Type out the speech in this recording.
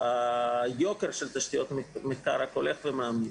והיוקר של תשתיות מחקר רק הולך וגדל.